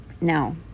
Now